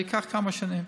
זה ייקח כמה שנים,